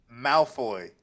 Malfoy